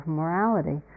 morality